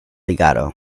legato